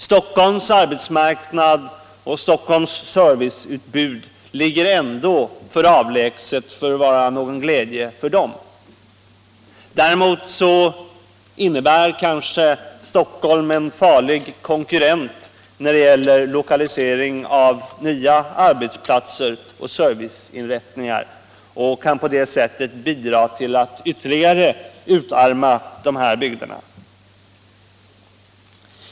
Stockholms arbetsmarknad och Stockholms serviceutbud ligger ändå alltför avlägset för att vara till någon glädje för dem. Däremot är kanske Stockholm en farlig konkurrent när det gäller lokaliseringen av nya arbetsplatser och serviceinrättningar och kan på det sättet bidra till att ytterligare utarma de här bygderna.